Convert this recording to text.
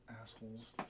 assholes